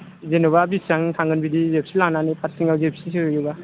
जेनेबा बिसिबां थांगोन बिदि जिपसि लानानै हारसिङै जिपसि सोयोब्ला